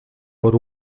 por